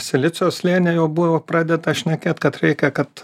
silicio slėny jau buvo pradėta šnekėt kad reikia kad